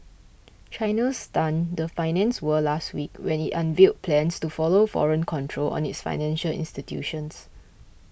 China stunned the finance world last week when it unveiled plans to allow foreign control on its financial institutions